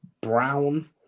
brown